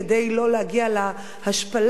כדי לא להגיע להשפלה,